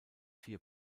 vier